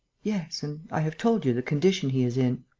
yes and i have told you the condition he is in.